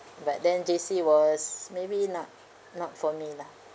but then J_C was maybe not not for me lah